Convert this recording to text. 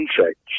insects